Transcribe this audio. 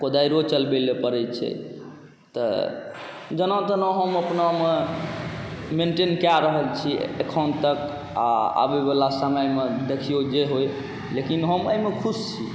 कोदारि चलबैलए पड़ै छै तऽ जेना तेना हम अपनामे मेन्टेन कऽ रहल छिए एखन तक आओर आबैवला समयमे देखिऔ जे होइ लेकिन हम एहिमे खुश छी